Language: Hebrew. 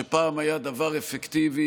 שפעם היה דבר אפקטיבי,